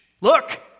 Look